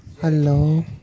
Hello